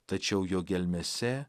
tačiau jo gelmėse